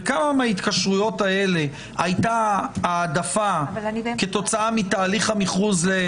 ובכמה מההתקשרויות האלה היתה העדפה כתוצאה מתהליך המכרוז.